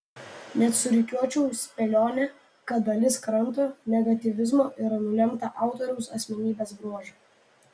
net surikiuočiau spėlionę kad dalis kranto negatyvizmo yra nulemta autoriaus asmenybės bruožų